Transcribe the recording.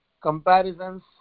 comparisons